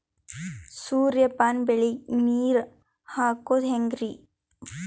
ಸೂರ್ಯಪಾನ ಬೆಳಿಗ ನೀರ್ ಹಾಕೋದ ಹೆಂಗರಿ?